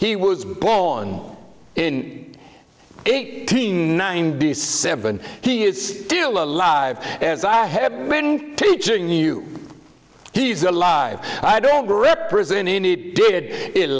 he was blown in eighty nine b seven he is still alive as i have been teaching you he's alive i don't represent any did it